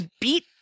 beat